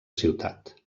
ciutat